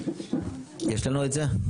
יש לנו את זה?